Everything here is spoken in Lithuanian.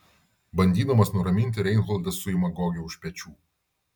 bandydamas nuraminti reinholdas suima gogį už pečių